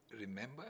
Remember